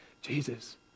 Jesus